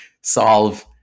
solve